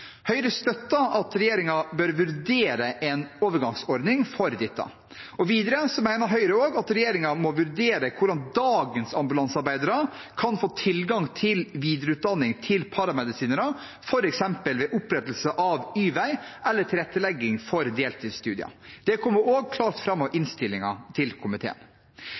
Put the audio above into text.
Høyre støtter at regjeringen bør vurdere en overgangsordning for dette. Videre mener Høyre at regjeringen må vurdere hvordan dagens ambulansearbeidere kan få tilgang til videreutdanning som paramedisinere, f.eks. ved opprettelse av y-vei eller tilrettelegging for deltidsstudier. Det kommer også klart fram av innstillingen til komiteen.